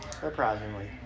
Surprisingly